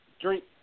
Drink